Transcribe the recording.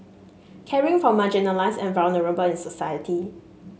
caring for marginalised and vulnerable in society